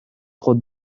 خود